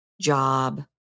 job